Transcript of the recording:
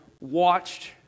watched